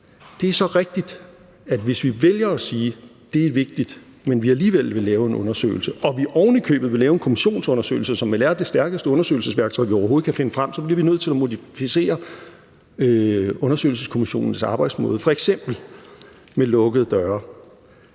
Det er så rigtigt, at vi, hvis vi vælger at sige, at det er vigtigt, men at vi alligevel vil lave en undersøgelse, og at vi ovenikøbet vil lave en kommissionsundersøgelse, som vel er det stærkeste undersøgelsesværktøj, vi overhovedet kan finde frem, så bliver nødt til at modificere undersøgelseskommissionens arbejdsmåde, f.eks. med lukkede døre,